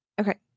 Okay